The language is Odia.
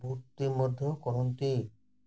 ବୃତ୍ତି ମଧ୍ୟ କରନ୍ତି